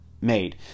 made